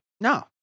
No